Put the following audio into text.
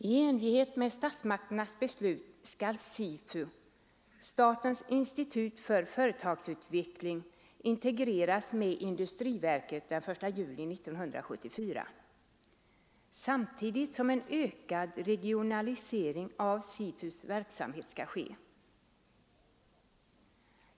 I enlighet med statsmakternas beslut skall statens institut för företagsutveckling, SIFU, integreras med industriverket den 1 juli 1974 samtidigt som en ökad regionalisering av SIFU:s verksamhet skall ske.